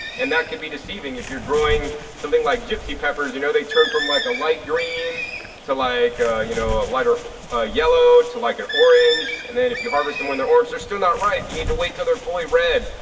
and that could be deceiving if you're growing something like gypsy peppers, you know, they turn from like a light green to like you know a lighter ah yellow to like an orange. and then if you harvest and when they're orange, they're still not ripe. you need to wait till they're fully red.